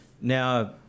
now